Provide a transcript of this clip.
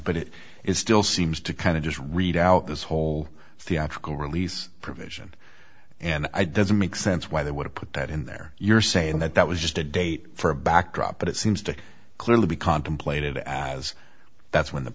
but it is still seems to kind of just read out this whole theatrical release provision and i doesn't make sense why they would put that in there you're saying that that was just a date for a backdrop it seems to clearly be contemplated as that's when the